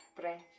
breath